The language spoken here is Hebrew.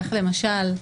כך למשל,